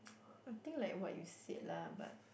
I think like what you said lah but